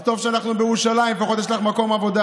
אז טוב שאנחנו בירושלים, לפחות יש לך מקום עבודה.